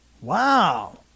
Wow